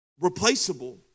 replaceable